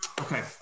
Okay